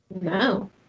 No